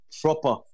proper